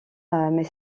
mais